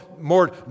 more